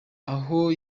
aho